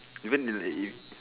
even if that you